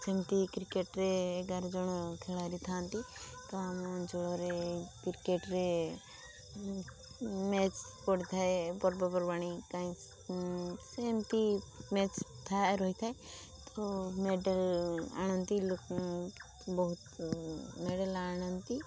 ସେମିତି କ୍ରିକେଟରେ ଏଗାର ଜଣ ଖେଳାଳି ଥାଆନ୍ତି ତ ଆମ ଆଞ୍ଚଳରେ କ୍ରିକେଟରେ ମ୍ୟାଚ ପଡ଼ିଥାଏ ପର୍ବପର୍ବାଣି କାହିଁ ସେମିତି ମ୍ୟାଚ ଥାଏ ରହିଥାଏ ତ ମେଡ଼ାଲ ଆଣନ୍ତି ବହୁତ ମେଡ଼ାଲ ଆଣନ୍ତି